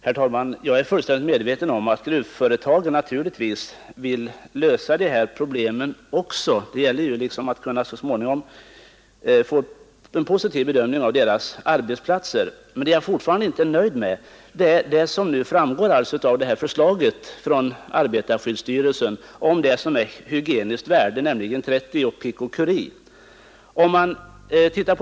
Herr talman! Jag är fullt medveten om att gruvföretagen vill lösa de här problemen. Det gäller ju att få en positiv bedömning av deras arbetsplatser. Men jag är fortfarande inte nöjd med vad som i det här förslaget från arbetarskyddsstyrelsen anges som ett hygieniskt värde, nämligen 30 pikocurie.